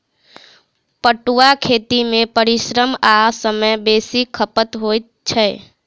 पटुआक खेती मे परिश्रम आ समय बेसी खपत होइत छै